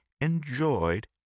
enjoyed